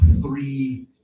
three